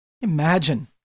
Imagine